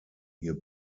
hier